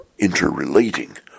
interrelating